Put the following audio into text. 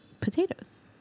potatoes